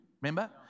Remember